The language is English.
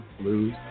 Blues